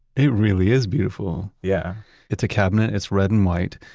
it really is beautiful yeah it's a cabinet, it's red and white,